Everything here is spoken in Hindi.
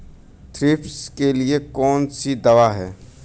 थ्रिप्स के लिए कौन सी दवा है?